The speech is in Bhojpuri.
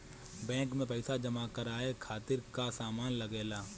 बैंक में पईसा जमा करवाये खातिर का का सामान लगेला?